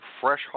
fresh